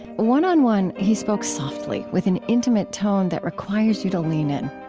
one on one, he spoke softly with an intimate tone that requires you to lean in.